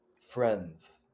friends